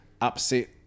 upset